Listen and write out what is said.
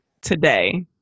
today